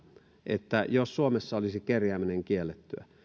että jos suomessa olisi kerjääminen kiellettyä